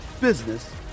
business